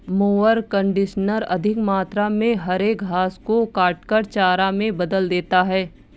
mower conditioner अधिक मात्रा में हरे घास को काटकर चारा में बदल देता है